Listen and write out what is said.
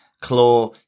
Claw